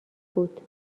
بود